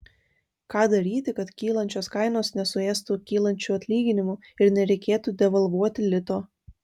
ką daryti kad kylančios kainos nesuėstų kylančių atlyginimų ir nereikėtų devalvuoti lito